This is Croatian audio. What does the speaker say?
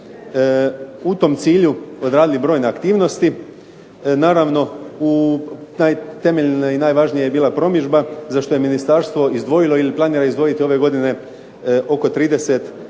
u tom cilju odradili brojne aktivnosti. Naravno, temeljna i najvažnija je bila promidžba za što je ministarstvo izdvojilo ili planira izdvojiti ove godine oko 30